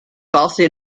falsely